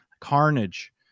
carnage